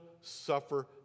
suffer